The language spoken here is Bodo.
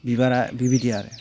बिबारा बिबायदि आरो